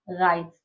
right